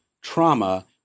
trauma